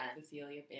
Cecilia